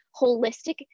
holistic